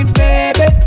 baby